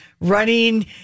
running